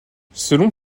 selon